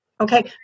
Okay